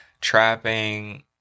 trapping